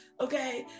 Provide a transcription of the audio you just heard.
Okay